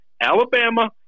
Alabama